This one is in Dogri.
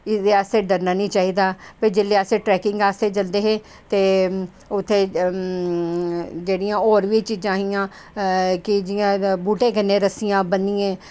भी बी असें डरना निं चाहिदा ते जेल्लै अस ट्रैकिंग आस्तै जंदे हे ते उत्थें जेह्ड़ियां होर बी चीज़ां हियां जियां की बूह्टे कन्नै रस्सियां ब'न्नियै